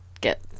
get